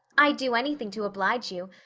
i'd do anything to oblige you.